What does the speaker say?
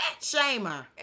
shamer